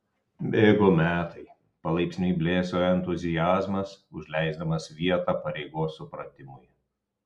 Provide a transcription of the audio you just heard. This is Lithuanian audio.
bėgo metai palaipsniui blėso entuziazmas užleisdamas vietą pareigos supratimui